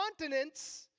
continents